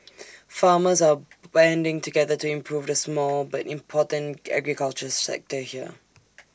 farmers are banding together to improve the small but important agriculture sector here